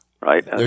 right